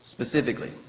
Specifically